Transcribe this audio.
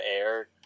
air